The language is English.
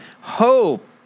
hope